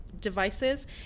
devices